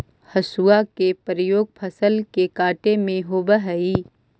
हसुआ के प्रयोग फसल के काटे में होवऽ हई